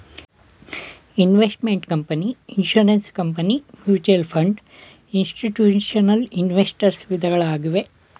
investment company, insurance company, mutual fund, institutional investors ವಿಧಗಳಾಗಿವೆ